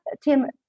Tim